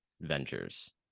ventures